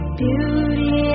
beauty